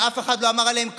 ואף אחד לא אמר עליהם כלום.